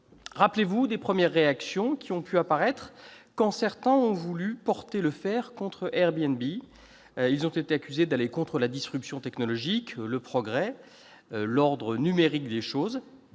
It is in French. Rappelez-vous des premières réactions apparues lorsque certains ont voulu porter le fer contre Airbnb : ils ont été accusés d'aller contre la disruption technologique, le progrès, l'ordre numérique des choses.